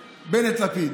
בנט-לפיד.